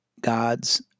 God's